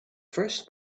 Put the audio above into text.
first